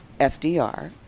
FDR